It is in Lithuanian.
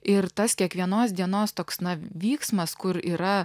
ir tas kiekvienos dienos toks na vyksmas kur yra